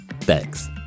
Thanks